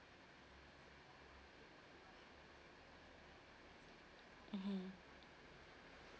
mmhmm